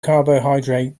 carbohydrate